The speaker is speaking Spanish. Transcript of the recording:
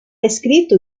escrito